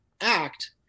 act